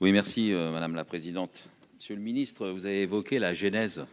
Oui merci madame la présidente, monsieur le ministre, vous avez évoqué la genèse.